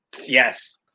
yes